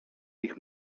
ich